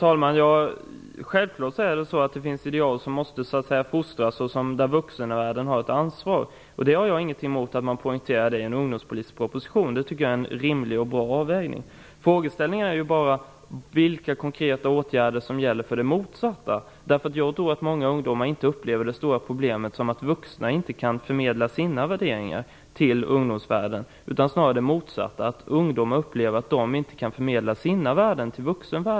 Herr talman! Det finns självklart ideal som måste fostras fram och där vuxenvärlden har ett ansvar. Jag har inget emot att man poängterar det i en ungdomspolitisk proposition. Det tycker jag är en rimlig och bra avvägning. Frågan är bara vilka konkreta åtgärder som gäller för det motsatta. Jag tror inte att de flesta ungdomar upplever att det stora problemet är att vuxna inte kan förmedla sina värderingar till ungdomar. Det är snarast tvärtom så att ungdomar upplever att de inte kan förmedla sina värden till vuxna.